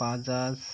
Bajaj